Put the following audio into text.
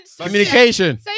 Communication